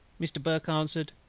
mr. burke answered,